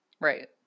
Right